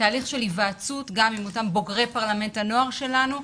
תהליך של היוועצות גם עם אותם בוגרי פרלמנט הנוער שלנו,